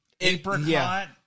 apricot